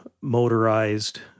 motorized